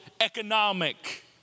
economic